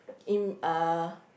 in a